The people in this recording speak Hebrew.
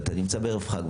אתה נמצא בערב חג,